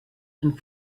and